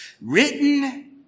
written